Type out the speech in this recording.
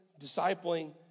discipling